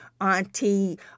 auntie